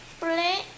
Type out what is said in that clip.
play